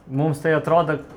mums tai atrodo